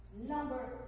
number